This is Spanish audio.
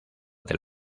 del